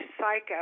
Psycho